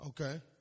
Okay